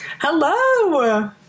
Hello